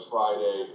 Friday